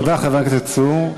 תודה לחבר הכנסת צור.